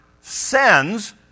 sends